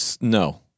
no